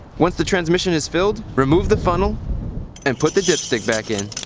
once the transmission is filled, remove the funnel and put the dipstick back in.